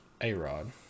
A-Rod